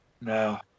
no